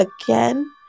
again